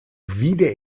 wieder